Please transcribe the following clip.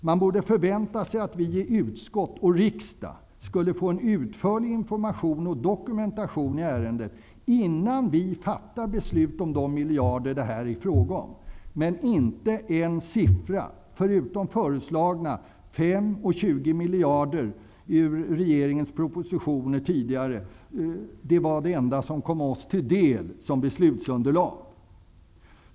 Man borde förvänta sig att vi i utskott och riksdag skulle få en utförlig information och dokumentation i ärendet -- innan vi fattar beslut om de miljarder det är fråga om. Det enda som har kommit oss till del som beslutsunderlag är föreslagna 5 och 20 miljarder i regeringens tidigare propositioner.